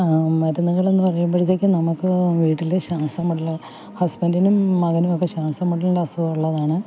മരുന്നുകളെന്നു പറയുമ്പോഴത്തേക്കും നമ്മൾക്ക് വീട്ടിൽ ശ്വാസം മുട്ടലിന് ഹസ്ബെൻഡിനും മകനും ഒക്കെ ശ്വാസം മുട്ടലിൻ്റെ അസുഖമുള്ളതാണ്